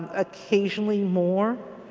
occasionally more.